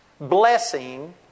blessing